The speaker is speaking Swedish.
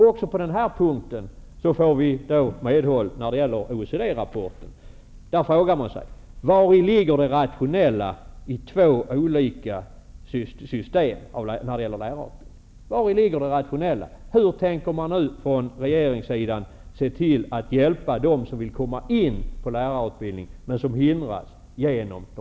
Också på den här punkten får vi medhåll i OECD